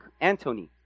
Antony